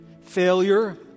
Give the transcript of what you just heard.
failure